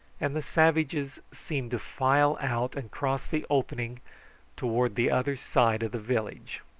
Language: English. and the savages seemed to file out and cross the opening towards the other side of the village.